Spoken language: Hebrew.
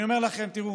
אני אומר לכם: תראו,